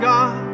God